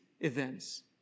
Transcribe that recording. events